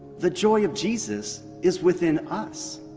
the joy of jesus is within us.